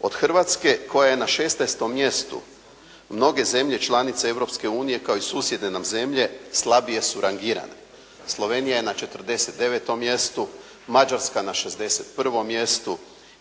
Od Hrvatske koja je na 16 mjestu mnoge zemlje članice Europske unije, kao i susjedne nam zemlje slabije su rangirane. Slovenija je na 49 mjestu, Mađarska na 61 mjestu,